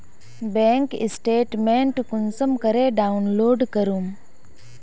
Bank statement कुंसम करे download करूम?